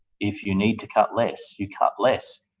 if you need to cut less, you cut less.